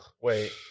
Wait